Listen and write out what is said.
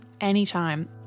Anytime